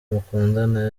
mukundana